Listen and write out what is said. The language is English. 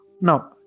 Now